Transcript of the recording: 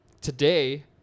Today